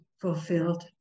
fulfilled